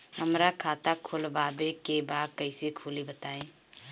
हमरा खाता खोलवावे के बा कइसे खुली बताईं?